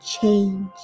change